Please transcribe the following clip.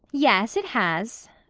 yes, it has,